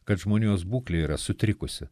kad žmonijos būklė yra sutrikusi